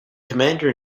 commander